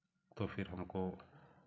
तो फिर हमको